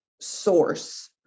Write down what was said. source